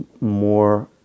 more